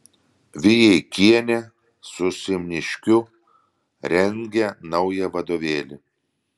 vijeikienė su simniškiu rengia naują vadovėlį